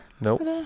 Nope